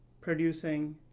producing